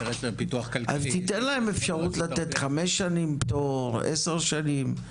אז תיתן להם אפשרות לתת פטור של חמש או עשר שנים,